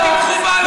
נגד שחיתות.